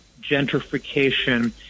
gentrification